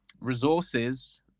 resources